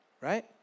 right